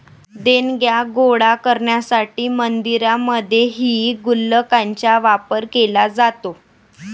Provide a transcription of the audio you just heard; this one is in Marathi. देणग्या गोळा करण्यासाठी मंदिरांमध्येही गुल्लकांचा वापर केला जातो